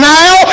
now